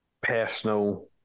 personal